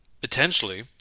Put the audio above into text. potentially